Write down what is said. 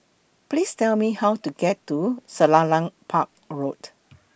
Please Tell Me How to get to Selarang Park Road